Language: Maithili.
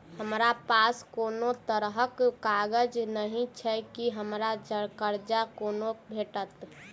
हमरा पास कोनो तरहक कागज नहि छैक हमरा कर्जा कोना भेटत?